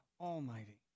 Almighty